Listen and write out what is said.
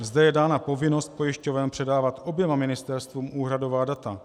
Zde je dána povinnost pojišťoven předávat oběma ministerstvům úhradová data.